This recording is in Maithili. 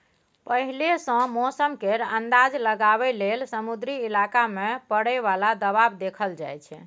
पहिले सँ मौसम केर अंदाज लगाबइ लेल समुद्री इलाका मे परय बला दबाव देखल जाइ छै